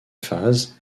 phase